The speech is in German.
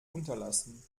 unterlassen